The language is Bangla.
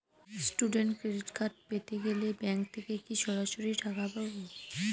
স্টুডেন্ট ক্রেডিট কার্ড পেতে গেলে ব্যাঙ্ক থেকে কি সরাসরি টাকা পাবো?